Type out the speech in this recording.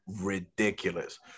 ridiculous